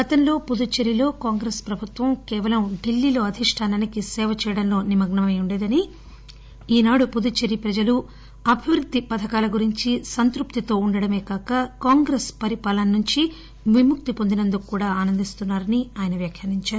గతంలో పుదుచ్చేరిలో కాంగ్రెస్ ప్రభుత్వం కేవలం ఢిల్లీలో అధిష్టానానికి సేవ చేయడంలో నిమగ్సమై ఉండేదని ఈనాడు పుదుచ్చేరి ప్రజలు అభివృద్ది పథకాల గురించి సంతృప్తితో ఉండటమే కాక కాంగ్రెస్ పరిపాలనలో నుంచి విముక్తి వొందినందుకు కూడా ఆనందిస్తున్నా రని ఆయన అన్నారు